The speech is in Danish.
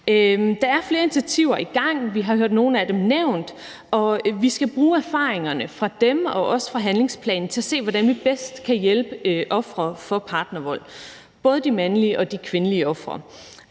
Der er flere initiativer i gang. Vi har hørt nogle af dem nævnt, og vi skal bruge erfaringerne fra dem og også fra handlingsplanen til at se, hvordan vi bedst kan hjælpe ofre for partnervold, både de mandlige og de kvindelige ofre.